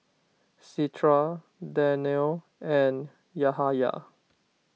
Citra Danial and Yahaya